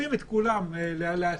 מחייבים את כולם להסכים,